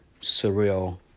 surreal